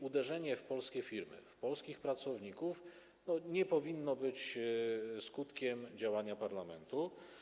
Uderzenie w polskie firmy, w polskich pracowników nie powinno być skutkiem działania parlamentu.